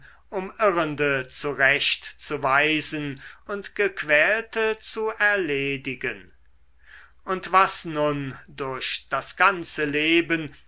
um irrende zurecht zu weisen und gequälte zu erledigen und was nun durch das ganze leben